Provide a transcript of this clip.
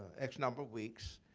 x number of weeks.